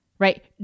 Right